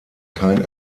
kein